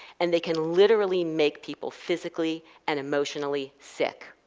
and they can literally make people physically and emotionally sick.